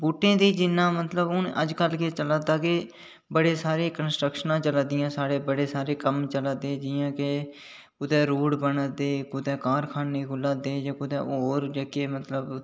बूहटे गी जिन्ना हून अजकल कि चलै दा कि बडे सारे कनसट्रक्शना चलै दियां साढ़ियां बडे सारे कम्म चलै दे जियां कि कुतै रोड़ बना'रदे कुै कारखाने खु'ल्लै करदे ते कुतै होर जेह्के